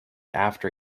after